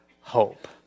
hope